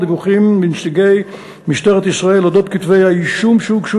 דיווחים מנציגי משטרת ישראל על אודות כתבי-האישום שהוגשו